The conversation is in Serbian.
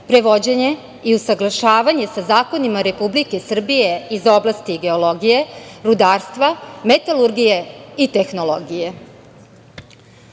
prevođenje i usaglašavanje sa zakonima Republike Srbije iz oblasti geologije, rudarstva, metalurgije i tehnologije. Ozbiljnost